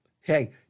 hey